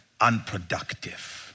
unproductive